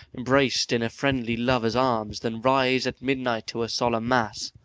embraced in a friendly lover's arms, than rise at midnight to a solemn mass.